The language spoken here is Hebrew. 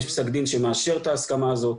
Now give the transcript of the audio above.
יש פסק דין שמאשר את ההסכמה הזאת,